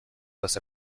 was